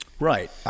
Right